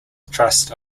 trust